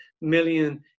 million